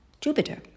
Jupiter